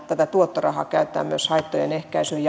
tätä tuottorahaahan käytetään myös haittojen ehkäisyyn